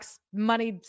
money